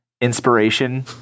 inspiration